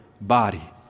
body